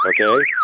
okay